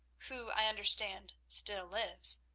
who, i understand, still lives.